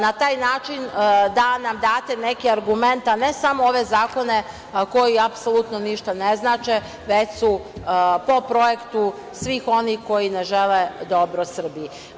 Na taj način da nam date neki argument, a ne samo ove zakone koji apsolutno ništa ne znače, već su projektu svih onih koji ne žele dobro Srbiji.